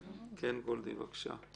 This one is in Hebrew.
גולדי, בבקשה.